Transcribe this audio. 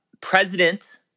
President